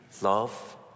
love